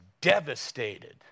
devastated